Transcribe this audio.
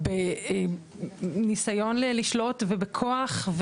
בניסיון לשלוט, ובכוח,